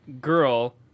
girl